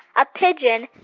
a pigeon.